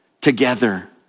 together